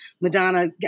Madonna